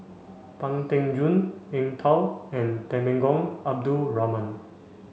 Pang Teck Joon Eng Tow and Temenggong Abdul Rahman